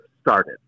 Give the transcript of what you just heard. started